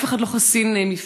אף אחד לא חסין מפניהן,